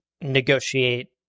negotiate